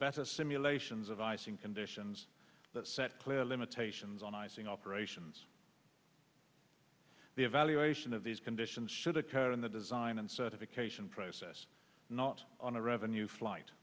better simulations of icing conditions that set clear limitations on icing operations the evaluation of these conditions should occur in the design and certification process not on a revenue flight